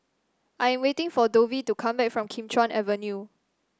I am waiting for Dovie to come back from Kim Chuan Avenue